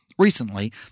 Recently